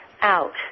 out